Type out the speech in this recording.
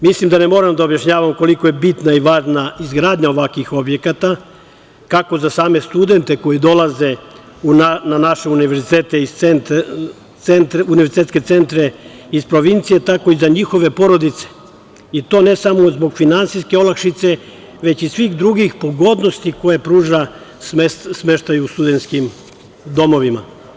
Mislim da ne moram da objašnjavam koliko je bitna i važna izgradnja ovakvih objekata, kako za same studente koji dolaze na naše univerzitetske centre iz provincije, tako i za njihove porodice, i to ne samo zbog finansijske olakšice, već i svih drugih pogodnosti koje pruža smeštaj u studenskim domovima.